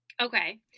Okay